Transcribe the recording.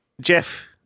Jeff